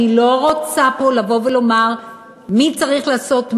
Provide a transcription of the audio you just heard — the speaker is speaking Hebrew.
אני לא רוצה פה לבוא ולומר מי צריך לעשות מה.